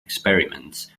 experiments